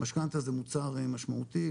משכנתא זה מוצר משמעותי,